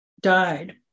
died